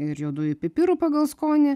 ir juodųjų pipirų pagal skonį